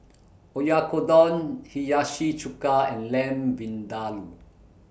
Oyakodon Hiyashi Chuka and Lamb Vindaloo